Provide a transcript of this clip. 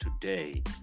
Today